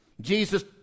Jesus